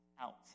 out